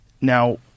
Now